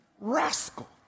rascal